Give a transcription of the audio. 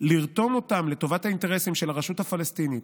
לרתום אותם לטובת האינטרסים של הרשות הפלסטינית,